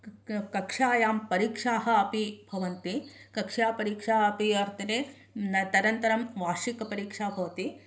कक्षायां परिक्षाः अपि भवन्ति कक्षापरिक्षा अपि वर्तते तदनन्तरं वार्षिकपरिक्षा भवति